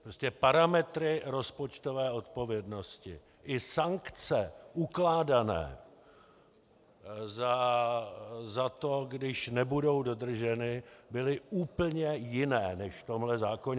Prostě parametry rozpočtové odpovědnosti i sankce ukládané za to, když nebudou dodrženy, byly úplně jiné než v tomhle zákoně.